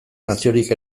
naziorik